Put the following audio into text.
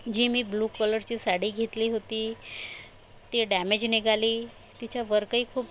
जी मी ब्लू कलरची साडी घेतली होती ती डॅमेज निघाली तिचा वर्कही खूप